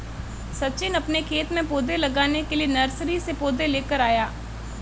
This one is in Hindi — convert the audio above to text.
सचिन अपने खेत में पौधे लगाने के लिए नर्सरी से पौधे लेकर आया